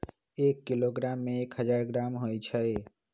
एक किलोग्राम में एक हजार ग्राम होई छई